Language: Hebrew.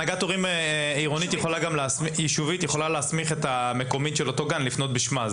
הנהגת הורים יישובית יכולה להסמיך את המקומית של אותו גן לפנות בשמה.